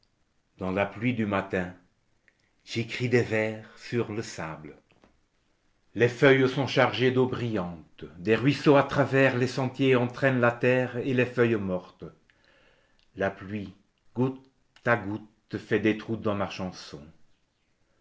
dans la pluie du matin j'écris ces vers sur le sable les feuilles sont chargées d'eau brillante des ruisseaux à travers les sentiers entraînent la terre et les feuilles mortes la pluie goutte à goutte fait des trous dans ma chanson